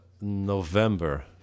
november